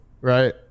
right